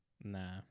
Nah